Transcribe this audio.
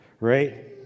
Right